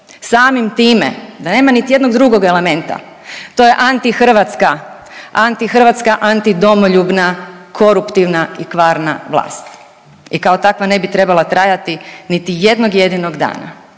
Samim time da nema niti jednog drugog elementa, to je antihrvatska, antihrvatska, antidomoljubna, koruptivna i kvarna vlast i kao takva ne bi trebala trajati niti jednog jedinog dana.